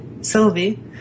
Sylvie